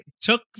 took